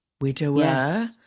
widower